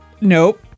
Nope